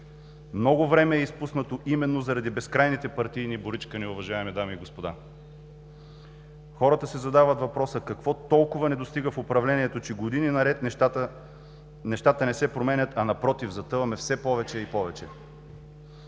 Много време е изпуснато именно заради безкрайните партийни боричкания, уважаеми дами и господа. Хората си задават въпроса: „Какво толкова не достига в управлението, че години наред нещата не се променят, а напротив, затъваме все повече и повече?“